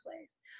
place